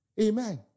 Amen